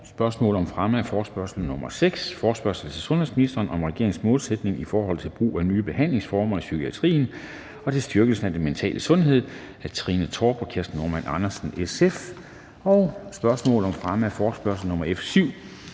Spørgsmål om fremme af forespørgsel nr. F 6: Forespørgsel til sundhedsministeren om regeringens målsætninger i forhold til brug af nye behandlingsformer i psykiatrien og til styrkelsen af den mentale sundhed. Af Trine Torp (SF) og Kirsten Normann Andersen (SF). (Anmeldelse 07.10.2021). 7) Spørgsmål om fremme af forespørgsel nr.